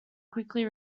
quickly